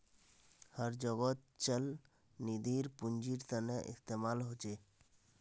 हर जोगोत चल निधिर पुन्जिर तने इस्तेमाल होचे